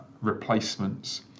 replacements